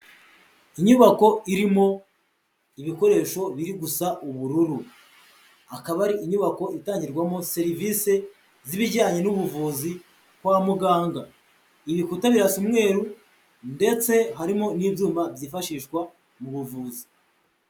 Inyubako irimo ibikoresho biri gusa ubururu. Akaba ari inyubako itangirwamo serivise z'ibijyanye n'ubuvuzi kwa muganga. Ibikuta birasa umweruru ndetse harimo n'ibyuma byifashishwa mu buvuzi.